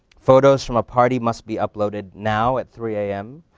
photos from a party must be uploaded now, at three am.